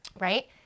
right